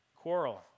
Quarrel